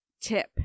tip